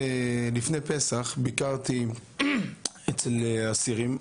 לפני פסח ביקרתי אצל אסירים.